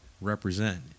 represent